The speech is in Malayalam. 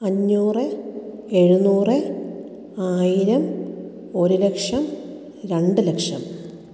അഞ്ഞൂറ് എഴുന്നൂറ് ആയിരം ഒരു ലക്ഷം രണ്ട് ലക്ഷം